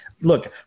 Look